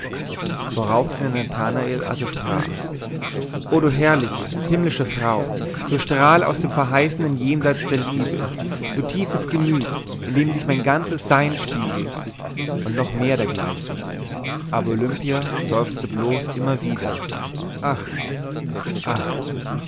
worauf denn nathanael also sprach o du herrliche himmlische frau du strahl aus dem verheißenen jenseits der liebe du tiefes gemüt in dem sich mein ganzes sein spiegelt und noch mehr dergleichen aber olimpia seufzte bloß immer wieder ach ach